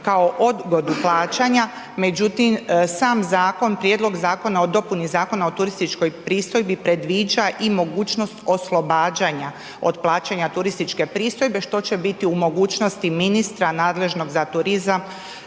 kao odgodu plaćanja. Međutim, sam zakon, prijedlog zakona o dopuni Zakona o turističkoj pristojbi predviđa i mogućnost oslobađanja od plaćanja turističke pristojbe, što će biti u mogućnosti ministra nadležnog za turizam,